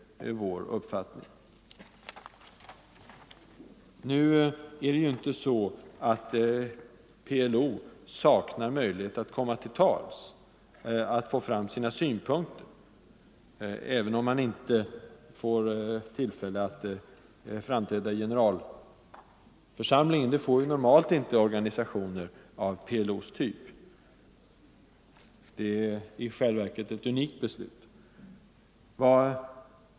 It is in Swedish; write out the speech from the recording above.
Nu är det ju inte så att PLO saknar möjlighet att få fram sina synpunkter, även om organisationen inte får tillfälle att framträda i generalförsamlingen. Det får normalt inte organisationer av PLO:s typ göra. Det är i själva verket ett unikt beslut.